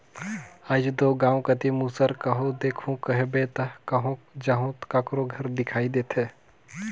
आएज दो गाँव कती मूसर कहो देखहू कहबे ता कहो जहो काकरो घर दिखई देथे